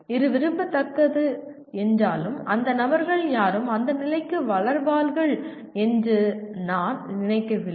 இது விரும்பத்தக்கது என்றாலும் அந்த நபர்கள் யாரும் அந்த நிலைக்கு வளர்வார்கள் என்று நான் நினைக்கவில்லை